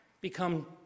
become